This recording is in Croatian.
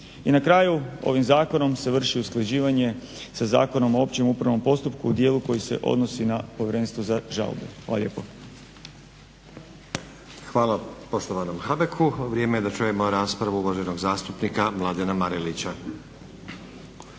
I na kraju ovim zakonom se vrši usklađivanje sa Zakonom o općem upravnom postupku u dijelu koji se odnosi na povjerenstvo za žalbe. Hvala lijepo. **Stazić, Nenad (SDP)** Hvala poštovanom Habeku. Vrijeme je da čujemo raspravu uvaženog zastupnika Mladena Marelića.